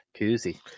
Koozie